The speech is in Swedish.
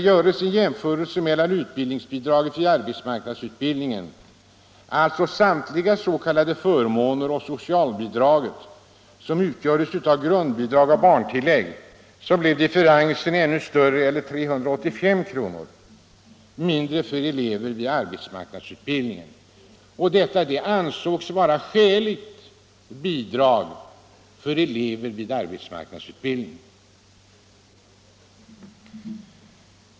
Görs en jämförelse mellan utbildningsbidraget vid arbetsmarknadsutbildning — alltså samtliga s.k. förmåner — och socialbidraget som utgörs av grundbidrag och barntillägg så blir differensen ännu större, dvs. 385 kr. mindre för elever vid arbetsmarknadsutbildningen. Detta ansågs vara skäligt bidrag för elever vid arbetsmarknadsutbildning.